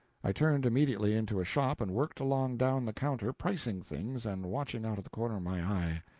i turned immediately into a shop and worked along down the counter, pricing things and watching out of the corner of my eye.